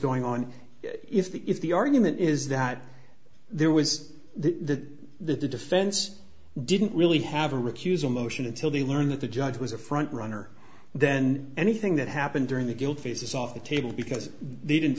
going on if the if the argument is that there was that the defense didn't really have a recusal motion until they learned that the judge was a front runner then anything that happened during the guilt phase is off the table because they didn't